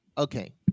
Okay